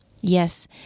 Yes